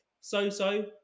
So-so